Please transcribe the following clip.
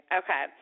okay